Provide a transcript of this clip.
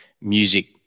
music